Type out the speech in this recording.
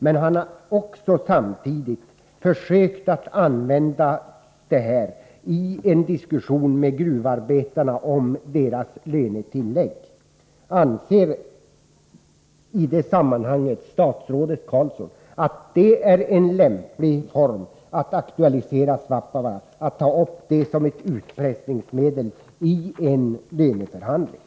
LKAB har samtidigt försökt att använda den positiva utvecklingen i en diskussion med gruvarbetarna om deras lönetillägg. Anser statsrådet Carls son att det är lämpligt att som ett utpressningsmedel i en löneförhandling aktualisera återupptagandet av driften i Svappavaara?